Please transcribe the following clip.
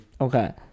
Okay